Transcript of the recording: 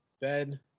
bed